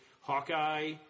Hawkeye